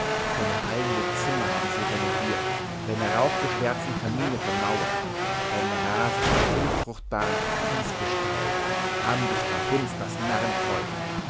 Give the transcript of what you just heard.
deine hallenden zimmer haben sie renoviert deine rauchgeschwärzten kamine vermauert deinen rasen mit unfruchtbarem kies bestreut haben dich verhunzt das